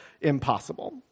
impossible